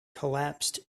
collapsed